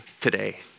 today